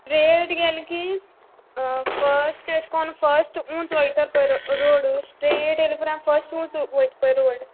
straight गेल की first येशकोन फस्ट उंच वयता पय र रोड स्ट्रेट येयले उपरांत उंच वयता पय रोड